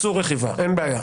אין בעיה.